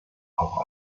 auch